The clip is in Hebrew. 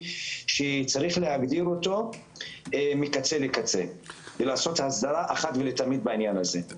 שצריך להגדיר אותו מקצה לקצה ולעשות הסדרה אחת ולתמיד בעניין הזה.